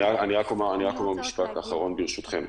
רק אומר משפט אחרון, ברשותכם.